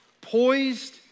poised